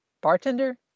bartender